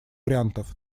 вариантах